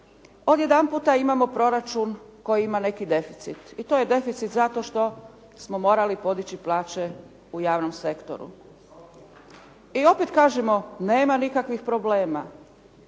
Odjedanputa imamo proračun koji ima neki deficit i to je deficit zato što smo morali podići plaće u javnom sektoru. I opet kažemo, nema nikakvih problema.